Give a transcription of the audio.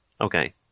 Okay